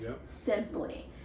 simply